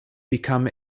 become